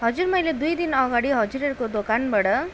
हजुर मैले दुई दिन अगाडि हजुरहरूको दोकानबाट